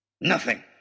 Nothing